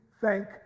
thank